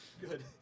Good